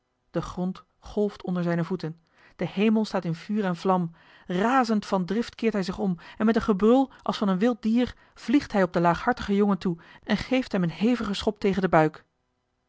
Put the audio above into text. de grond golft onder zijne voeten de hemel staat in vuur en vlam razend van drift keert hij zich om en met een gebrul als van een wild dier vliegt hij op den laaghartigen jongen toe en geeft hem een hevigen schop tegen den buik